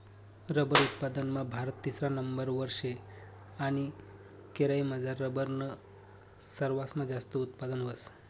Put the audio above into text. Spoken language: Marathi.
रबर उत्पादनमा भारत तिसरा नंबरवर शे आणि केरयमझार रबरनं सरवासमा जास्त उत्पादन व्हस